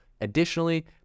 Additionally